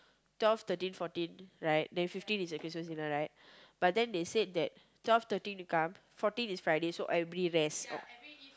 twelve thirteen fourteen right then fifteen is the Christmas dinner right but then they said that twelve thirteen to come fourteen is Friday so everybody rest